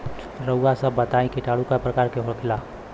रउआ सभ बताई किटाणु क प्रकार के होखेला?